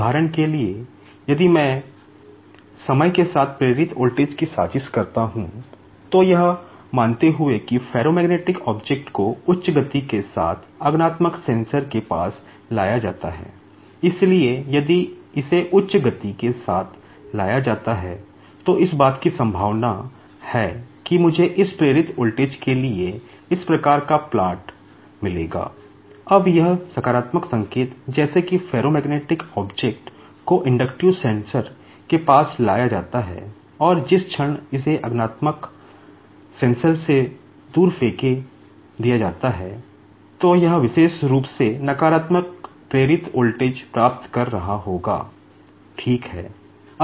उदाहरण के लिए यदि मैं समय के साथ प्रेरित वोल्टेज की प्लॉट से दूर फेंक दिया जाता है यह विशेष रूप से नकारात्मक प्रेरित वोल्टेज प्राप्त कर रहा होगा ठीक है